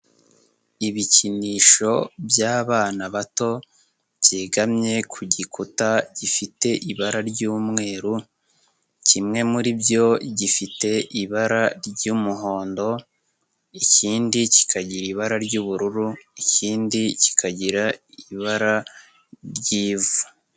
Ibikinisho by'abana bato byegamye ku gikuta gifite ibara ry'umweru, kimwe muri byo gifite ibara ry'umuhondo, ikindi kikagira ibara ry'ubururu, ikindi kikagira ibara ry'ivu.